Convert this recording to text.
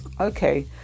Okay